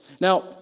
Now